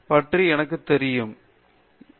பேராசிரியர் பிரதாப் ஹரிதாஸ் சரி